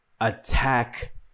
attack